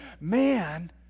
man